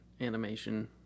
animation